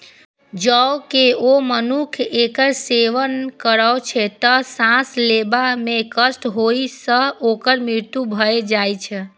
जौं केओ मनुक्ख एकर सेवन करै छै, तं सांस लेबा मे कष्ट होइ सं ओकर मृत्यु भए जाइ छै